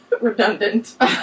Redundant